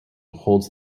holds